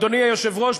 אדוני היושב-ראש,